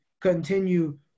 continue